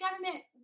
government